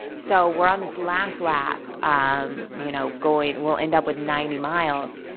so, we're on this last lap, um you know going we'll end up with ninety miles.